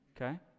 Okay